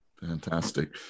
Fantastic